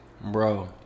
Bro